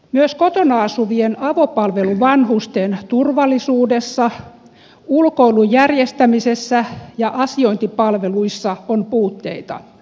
myös kotona asuvien avopalveluvanhusten turvallisuudessa ulkoilun järjestämisessä ja asiointipalveluissa on puutteita